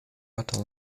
otter